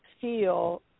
feel